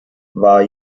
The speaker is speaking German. war